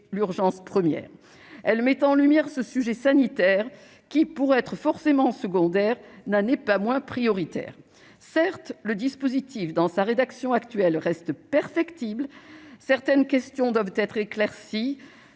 l'urgence première. Elle met en lumière ce sujet sanitaire, qui, pour être forcément secondaire, n'en est pas moins prioritaire. Certes, le dispositif, dans sa rédaction actuelle, reste perfectible. Certaines questions doivent être éclaircies,